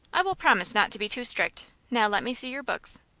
i will promise not to be too strict. now let me see your books.